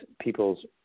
people's